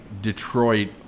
Detroit